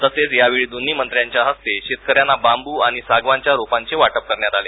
तसेच यावेळी दोन्ही मंत्र्यांच्या हस्ते शेतक यांना बांबू आणि सागवानच्या रोपांचे वाटप करण्यात आले